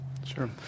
Sure